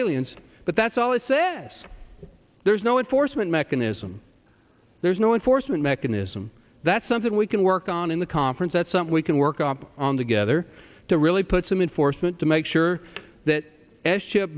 aliens but that's always says there's no it forced mechanism there's no enforcement mechanism that's something we can work on in the conference that's something we can work up on together to really put some enforcement to make sure that s chip